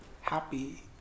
happy